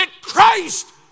Christ